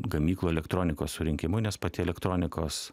gamyklų elektronikos surinkimui nes pati elektronikos